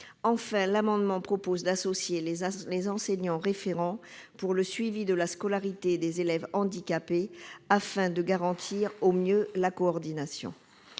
s'agit par ailleurs d'associer les enseignants référents au suivi de la scolarité des élèves handicapés, afin de garantir au mieux la coordination.